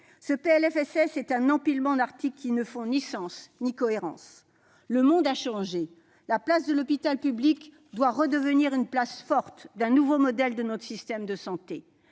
Ce PLFSS est un empilement d'articles qui ne font ni sens ni cohérence. Le monde a changé, l'hôpital public doit redevenir la place forte d'un nouveau modèle de santé.